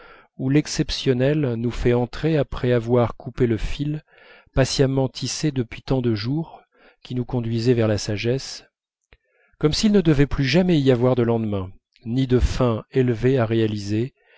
où l'exceptionnel nous fait entrer après avoir coupé le fil patiemment tissé depuis tant de jours qui nous conduisait vers la sagesse comme s'il ne devait plus jamais y avoir de lendemain ni de fins élevées à réaliser